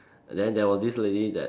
then there was this lady that